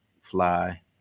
fly